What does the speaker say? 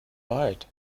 wald